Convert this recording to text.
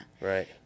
Right